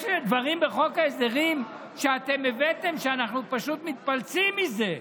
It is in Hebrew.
יש דברים בחוק ההסדרים שאתם הבאתם שאנחנו פשוט מתפלצים מזה.